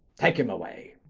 take him away!